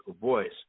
voice